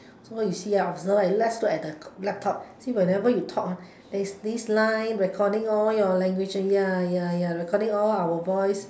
so you see ah observe let's look at the laptop see whenever you talk ah there's this line recording all your language ya ya ya recording all our voice